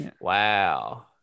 wow